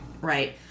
Right